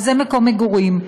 וזה מקום לימודים.